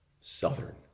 southern